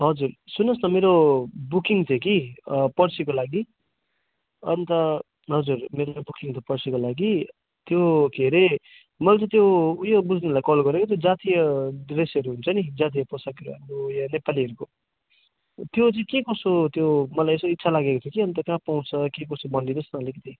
हजुर सुन्नुहोस् न मेरो बुकिङ थियो कि पर्सिको लागि अन्त हजुर मेरो त्यो बुकिङ थियो पर्सिको लागि त्यो के अरे मैले त्यो उयो बुझ्नुलाई कल गरेको त्यो जातीय ड्रेसहरू हुन्छ नि जातीय पोसाकहरू हाम्रो यो नेपालीहरूको त्यो चाहिँ के कसो त्यो मलाई यसो इच्छा लागेको थियो कि अन्त त्यो कहाँ पाउँछ के कसो भनिदिनु होस् न अलिकति